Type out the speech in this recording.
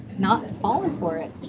not falling for it.